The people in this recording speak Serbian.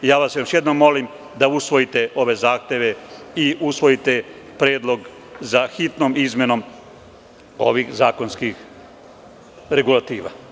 Još jednom vas molim da usvojite ove zahteve i da usvojite predlog za hitnom izmenom ovih zakonskih regulativa.